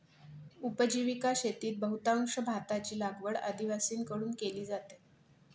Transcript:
उपजीविका शेतीत बहुतांश भाताची लागवड आदिवासींकडून केली जाते